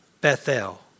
Bethel